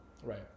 Right